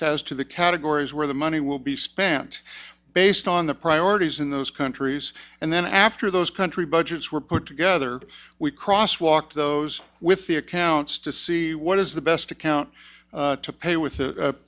says to the categories where the money will be spent based on the priorities in those countries and then after those country budgets were put together we cross walk those with the accounts to see what is the best account to pay with